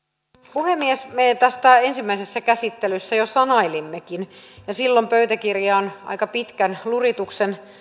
puhemies me tästä ensimmäisessä käsittelyssä jo sanailimmekin ja silloin pöytäkirjaan aika pitkän lurituksen